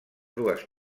dues